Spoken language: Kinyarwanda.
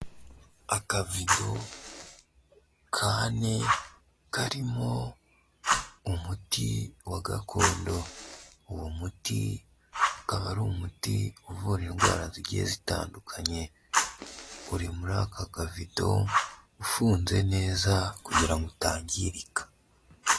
Akavido k'ane karimo umuti wa gakondo, uwo muti ukaba ari umuti uvura indwara zigiye zitandukanye, uri muri aka kavido ufunze neza kugira ngo utangirika.